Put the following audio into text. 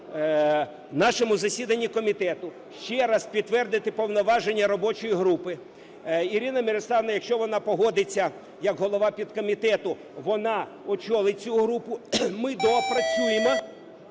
на нашому засіданні комітету ще раз підтвердити повноваження робочої групи. Ірина Мирославівна, якщо вона погодиться як голова підкомітету, вона очолить цю групу, ми доопрацюємо